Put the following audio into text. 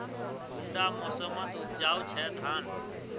कुंडा मोसमोत उपजाम छै धान?